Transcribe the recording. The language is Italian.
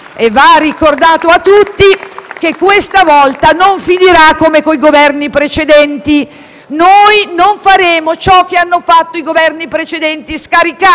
E va ricordato a tutti che questa volta non finirà come con i Governi precedenti. Noi non faremo ciò che hanno fatto i Governi precedenti, scaricando